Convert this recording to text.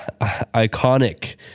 iconic